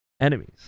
enemies